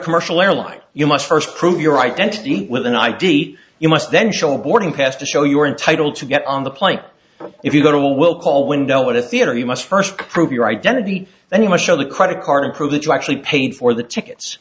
commercial airline you must first prove your identity with an id you must then show a boarding pass to show you are entitled to get on the plane if you go to a will call window at a theater you must first prove your identity then you must show the credit card and prove that you actually paid for the tickets